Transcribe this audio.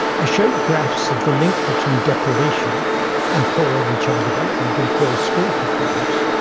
i showed graphs of the link between deprivation and poor early child development and poor school performance.